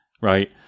Right